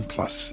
Plus